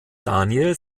daniel